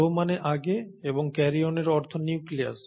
pro মানে আগে এবং ক্যারিওনের অর্থ নিউক্লিয়াস